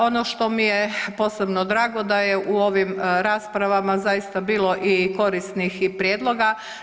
Ono što mi je posebno drago da je u ovim raspravama zaista bilo i korisnih i prijedloga.